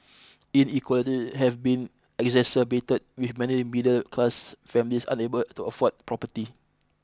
inequalities have been exacerbated with many middle class families unable to afford property